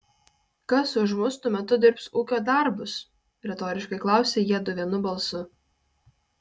kas už mus tuo metu dirbs ūkio darbus retoriškai klausia jiedu vienu balsu